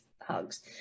hugs